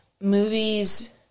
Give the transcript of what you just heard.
Movies